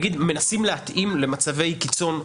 מנסים להתאים למצבי קיצון,